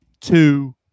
two